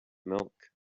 milk